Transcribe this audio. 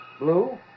Blue